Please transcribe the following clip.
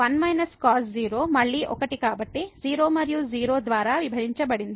కాబట్టి 1 cos 0 మళ్ళీ 1 కాబట్టి 0 మరియు 0 ద్వారా విభజించబడింది